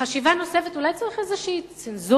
חשיבה נוספת, אולי צריך איזו צנזורה.